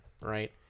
right